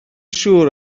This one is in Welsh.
siŵr